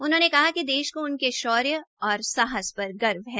उन्होंने कहा कि देश को उनके शौर्य और साहस पर गर्व है